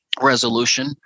resolution